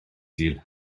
sul